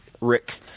Rick